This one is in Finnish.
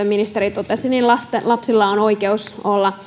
ministeri totesi niin lapsilla on oikeus